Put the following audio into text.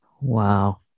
Wow